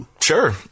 Sure